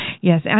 Yes